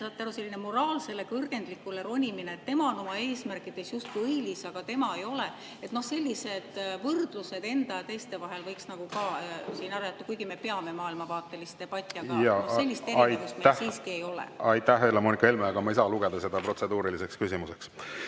on jälle selline moraalsele kõrgendikule ronimine, et tema on oma eesmärkides justkui õilis, aga [see teine] ei ole. Sellised võrdlused enda ja teiste vahel võiks siin ära jätta, kuigi me peame maailmavaatelist debatti, aga sellist erinevust meil siiski ei ole. Aitäh, Helle-Moonika Helme, aga ma ei saa lugeda seda protseduuriliseks küsimuseks.